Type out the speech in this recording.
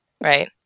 right